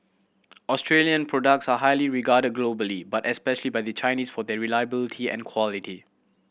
Australian products are highly regarded globally but especially by the Chinese for their reliability and quality